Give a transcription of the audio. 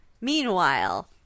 Meanwhile